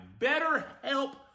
BetterHelp